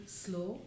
slow